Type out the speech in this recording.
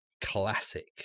classic